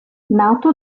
nato